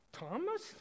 Thomas